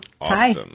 Hi